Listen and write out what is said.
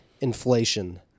inflation